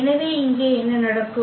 எனவே இங்கே என்ன நடக்கும்